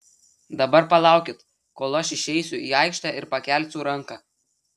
dabar palaukit kol aš išeisiu į aikštę ir pakelsiu ranką